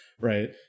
right